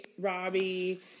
Robbie